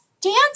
Dance